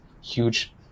huge